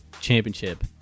championship